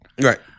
Right